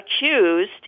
accused